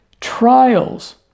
trials